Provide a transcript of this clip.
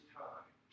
time